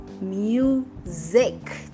music